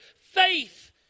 faith